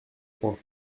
point